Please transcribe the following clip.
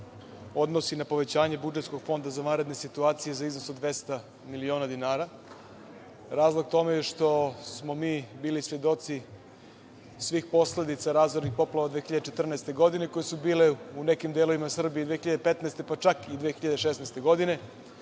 odnosi na povećanje budžetskog fonda za vanredne situacije za iznos od 200 miliona dinara. Razlog tome je što smo mi bili svedoci svih posledica razornih poplava 2014. godine, koje su bile u nekim delovima Srbije 2015, pa čak i 2016. godine.